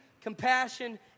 compassion